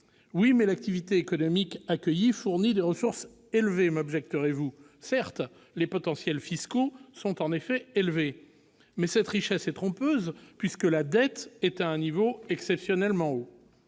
Oui, mais l'activité économique accueillie fournit des ressources élevées », m'objecterez-vous. Certes ! Les potentiels fiscaux sont en effet élevés, mais cette richesse est trompeuse, puisque le niveau de la dette est exceptionnellement haut.